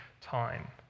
time